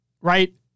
right